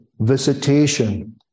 Visitation